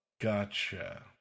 gotcha